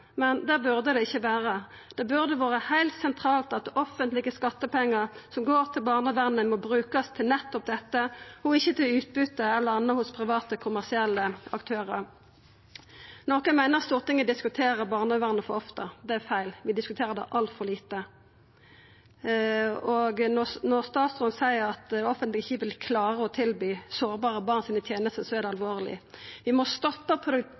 men det burde det ikkje vera. Det burde vore heilt sentralt at offentlege skattepengar som går til barnevernet, må brukast til nettopp dette og ikkje til utbytte til kommersielle aktørar. Nokon meiner Stortinget diskuterer barnevernet for ofte. Det er feil. Vi diskuterer det altfor lite. Når statsråden seier at det offentlege ikkje vil klara å tilby sårbare barn nok tenester, er det alvorleg. Vi må